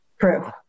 true